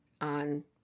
on